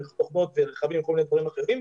על רכבים וכל מיני דברים אחרים,